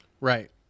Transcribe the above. Right